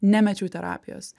nemečiau terapijos